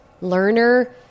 learner